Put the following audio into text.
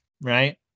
right